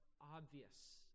obvious